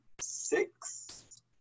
six